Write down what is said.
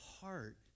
heart